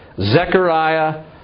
Zechariah